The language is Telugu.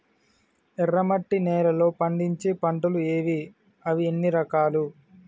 ఎర్రమట్టి నేలలో పండించే పంటలు ఏవి? అవి ఎన్ని రకాలు?